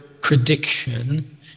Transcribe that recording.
prediction